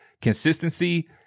consistency